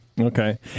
Okay